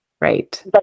Right